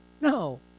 No